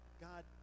God